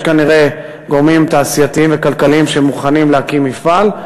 יש כנראה גורמים תעשייתיים וכלכליים שמוכנים להקים מפעל,